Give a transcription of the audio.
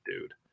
dude